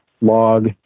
log